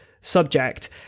subject